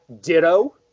ditto